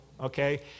Okay